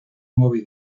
moby